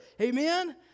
Amen